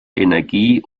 energie